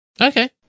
Okay